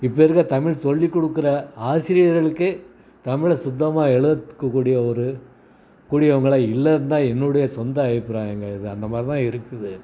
இப்போ இருக்கற தமிழ் சொல்லிக்கொடுக்குற ஆசிரியர்களுக்கே தமிழை சுத்தமாக எழுதக்கூடிய ஒரு கூடியவங்களாக இல்லைன்னுதான் என்னுடைய சொந்த அபிப்பிராயங்கிறது அந்தமாதிரிதான் இருக்குது